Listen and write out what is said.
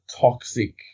toxic